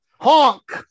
honk